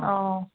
অঁ